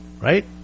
right